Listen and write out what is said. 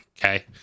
Okay